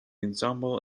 ensemble